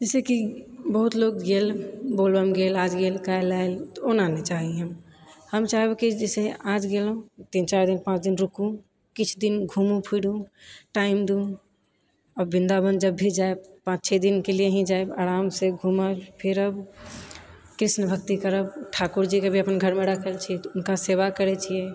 जैसकि बहुत लोग गेल बोलबम गेल आज गेल काल्हि आएल तऽ ओना नहि चाही हमरा हम चाहब कि जैसे आज गेलहूँ तीन चारि दिन पाँच दिन रुकु किछु दिन घुमू फिरु टाइम दु टाइम आओर वृन्दावन जब भी जाएब पाँच छओ दिनके लिए ही जाएब आरामसँ घूमब फिरब कृष्ण भक्ति करब ठाकुरजीके भी अपन घरमे राखने छी तऽ हुनका सेवा करए छिए